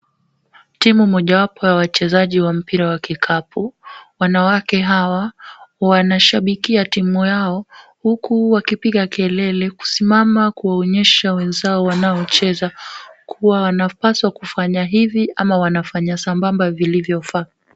Timu mojawapo wa mpira wa kikapu. Wanawake hawa wanashabikia timu yao huku wakipiga kelele kusimama kuwaonyesha wenzao wanaocheza kuwa wanapaswa kufanya hivi ama wanafanya sambamba vilivyofaa.